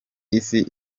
isi